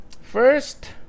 first